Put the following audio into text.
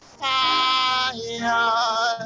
fire